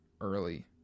early